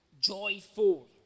joyful